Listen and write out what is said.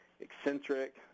eccentric